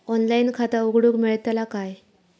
Online खाता उघडूक मेलतला काय?